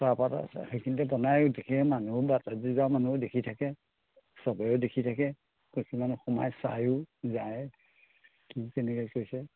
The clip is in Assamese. তাৰপৰাতো সেইখিনি বনাইও দেখেও মানুহেও বাটেদি যোৱা মানুহো দেখিয়ে থাকে চবেই দেখি থাকে কিছুমানে সোমাই চায়ো যায় ঠিক কেনেকৈ কৈছে